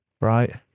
Right